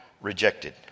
rejected